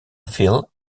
viel